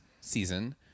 season